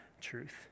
truth